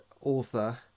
author